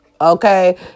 Okay